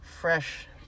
fresh